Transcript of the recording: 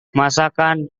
masakan